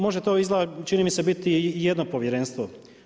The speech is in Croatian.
Možda to izgleda čini mi se biti jedno povjerenstvo.